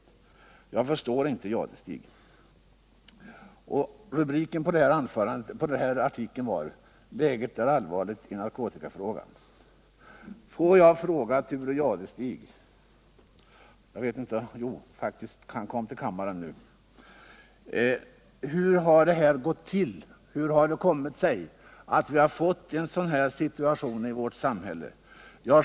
Jag förstår inte Thure Jadestig. Rubriken på den nämnda artikeln är: ”Läget är allvarligt i narkotikafrågan.” Låt mig fråga Thure Jadestig, som just nu kom in i kammaren: Hur har vi kunnat få en sådan här situation i vårt samhälle?